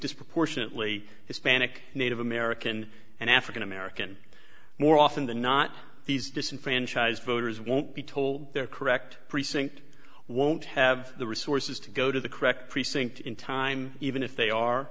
disproportionately hispanic native american and african american more often than not these disenfranchised voters won't be told their correct precinct won't have the resources to go to the correct precinct in time even if they are